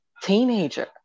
teenager